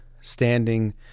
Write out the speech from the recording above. standing